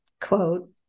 quote